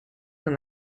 than